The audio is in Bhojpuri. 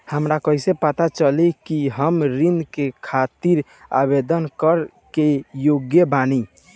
हमरा कइसे पता चली कि हम ऋण के खातिर आवेदन करे के योग्य बानी?